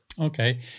Okay